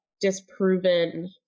disproven